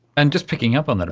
and just picking up on that,